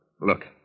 look